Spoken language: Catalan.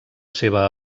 seva